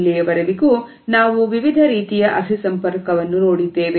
ಇಲ್ಲಿಯವರೆವಿಗೂ ನಾವು ವಿವಿಧ ರೀತಿಯ ಅಕ್ಷಿ ಸಂಪರ್ಕವನ್ನು ನೋಡಿದ್ದೇವೆ